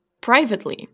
privately